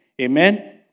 Amen